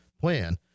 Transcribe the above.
plan